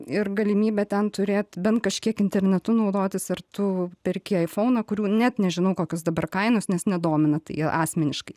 ir galimybę ten turėt bent kažkiek internetu naudotis ar tu perki aifauną kurių net nežinau kokios dabar kainos nes nedomina tai asmeniškai